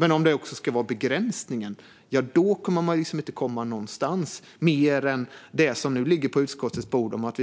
Men om det också ska vara en begränsning för dem kommer vi inte att komma någonstans. Det enda vi har är det som nu ligger på utskottets bord om att